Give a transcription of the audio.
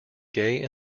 gay